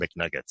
McNuggets